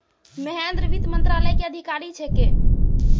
महेन्द्र वित्त मंत्रालय के अधिकारी छेकै